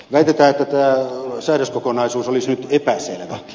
väitetään että tämä säädöskokonaisuus olisi nyt epäselvä